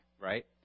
Right